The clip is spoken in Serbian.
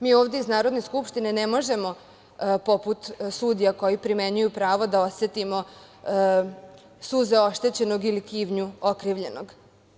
Mi ovde iz Narodne skupštine ne možemo, poput sudija koje primenjuju pravo, da osetimo suze oštećenog ili krivnju okrivljenog.